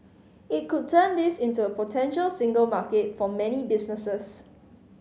it could turn this into a potential single market for many businesses